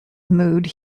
mood